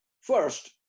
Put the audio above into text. First